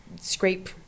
scrape